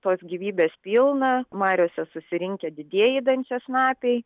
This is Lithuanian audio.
tos gyvybės pilna mariose susirinkę didieji dančiasnapiai